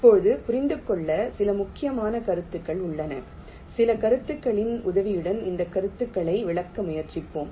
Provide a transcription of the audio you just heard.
இப்போது புரிந்து கொள்ள சில முக்கியமான கருத்துக்கள் உள்ளன சில கருத்துகளின் உதவியுடன் இந்த கருத்துக்களை விளக்க முயற்சிப்பேன்